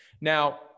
Now